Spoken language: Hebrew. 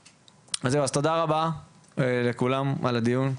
תודה רבה לכולם על הדיון.